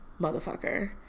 motherfucker